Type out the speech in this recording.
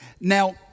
Now